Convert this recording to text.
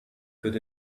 good